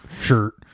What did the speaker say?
shirt